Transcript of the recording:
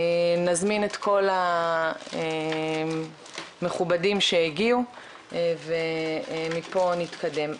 נזמין את כל המכובדים שהגיעו ומפה נתקדם.